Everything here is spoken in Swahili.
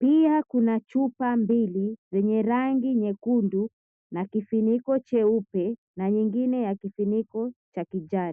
Pia kuna chupa mbili zenye rangi nyekundu na kifuniko cheupe na nyingine ya kifuniko cha kijani.